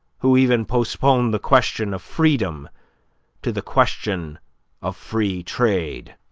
who even postpone the question of freedom to the question of free trade,